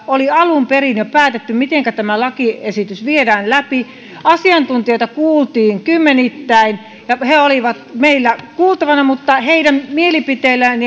oli jo alun perin päätetty mitenkä tämä lakiesitys viedään läpi asiantuntijoita kuultiin kymmenittäin he olivat meillä kuultavina mutta heidän mielipiteillään